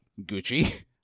Gucci